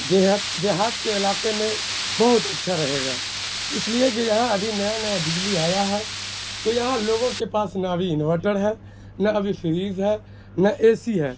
دیہات دیہات کے علاقے میں بہت اچھا رہے گا اس لیے کہ یہاں ابھی نیا نیا بجلی آیا ہے تو یہاں لوگوں کے پاس نہ ابھی انورٹر ہے نہ ابھی فریج ہے نہ اے سی ہے